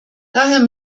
daher